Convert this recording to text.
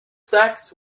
sex